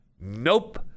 Nope